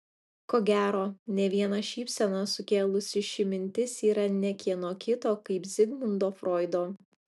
ko gero ne vieną šypseną sukėlusi ši mintis yra ne kieno kito kaip zigmundo froido